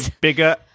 bigger